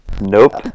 Nope